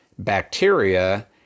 Bacteria